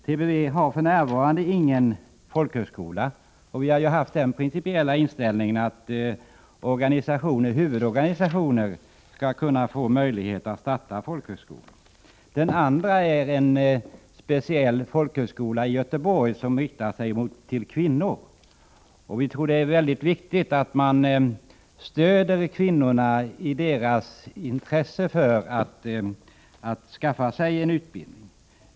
TBV har för närvarande ingen folkhögskola, och vi har ju haft den principiella inställningen att huvudorganisationer skall få möjlighet att starta folkhögskolor. Den andra folkhögskolan är en speciell folkhögskola i Göteborg, som riktar sig till kvinnor. Vi tror det är viktigt att stödja kvinnorna i deras intresse för att skaffa sig en utbildning.